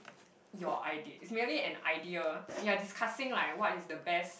your idea it's merely an idea you're discussing like what is the best